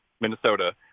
Minnesota